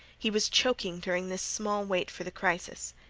he was choking during this small wait for the crisis.